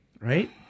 Right